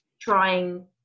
trying